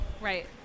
right